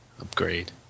Upgrade